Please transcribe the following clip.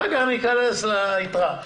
אחר כך ניכנס ליתרה.